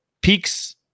Peaks